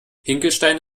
hinkelsteine